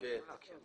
תקריאי.